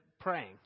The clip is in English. praying